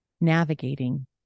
navigating